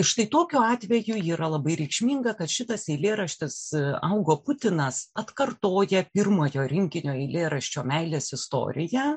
štai tokiu atveju yra labai reikšminga kad šitas eilėraštis augo putinas atkartoja pirmojo rinkinio eilėraščio meilės istoriją